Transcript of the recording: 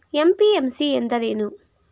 MPMC ಎಂದರೇನು?